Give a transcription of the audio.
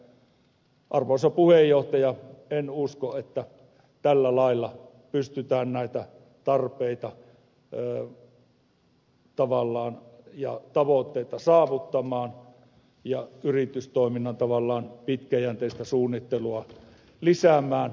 mutta arvoisa puhemies en usko että tällä lailla pystytään näitä tarpeita ja tavoitteita saavuttamaan ja yritystoiminnan tavallaan pitkäjänteistä suunnittelua lisäämään